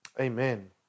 Amen